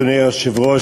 אדוני היושב-ראש,